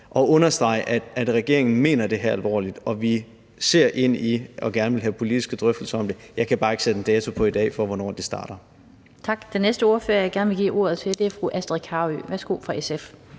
at understrege, at regeringen mener det her alvorligt, og vi ser ind i gerne at ville have politiske drøftelser om det. Jeg kan bare ikke sætte en dato på i dag for, hvornår de starter. Kl. 16:23 Den fg. formand (Annette Lind): Tak. Den næste ordfører, jeg gerne vil give ordet til, er fru Astrid Carøe fra SF.